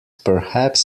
perhaps